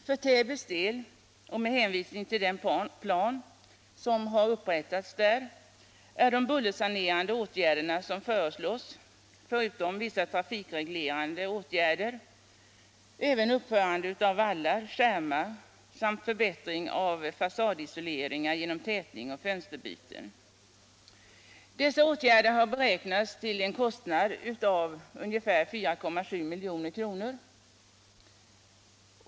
För Täbys del — och med hänvisning till den plan som upprättats där — är de bullersanerande åtgärder som föreslås, förutom vissa trafikreglerande åtgärder, även uppförande av vallar och skärmar samt förbättring av fasadisoleringar genom tätning och fönsterbyten. Dessa åtgärder har beräknats kosta 4,7 milj.kr.